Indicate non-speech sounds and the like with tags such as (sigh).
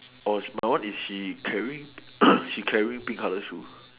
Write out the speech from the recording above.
orh my one is she's carrying (coughs) she's carrying pink colour shoes